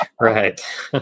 Right